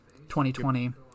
2020